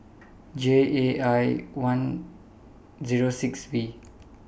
J A I Zero six V